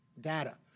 data